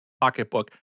pocketbook